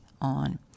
on